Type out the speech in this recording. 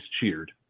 cheered